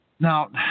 Now